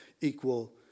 equal